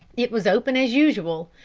it was open, as usual.